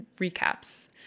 recaps